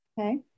Okay